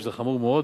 שזה חמור מאוד,